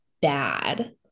bad